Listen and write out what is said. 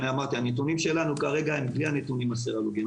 אמרתי שהנתונים שלנו כרגע הם בלי הנתונים הסרולוגיים,